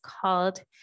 called